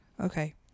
Okay